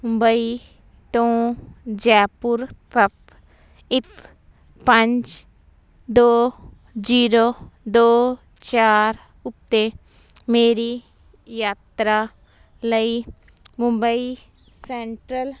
ਮੁੰਬਈ ਤੋਂ ਜੈਪੁਰ ਤੱਕ ਇੱਕ ਪੰਜ ਦੋ ਜ਼ੀਰੋ ਦੋ ਚਾਰ ਉੱਤੇ ਮੇਰੀ ਯਾਤਰਾ ਲਈ ਮੁੰਬਈ ਸੈਂਟਰਲ